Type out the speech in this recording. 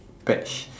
patch